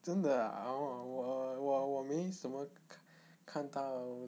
真的 ah orh 我我我我没什么看到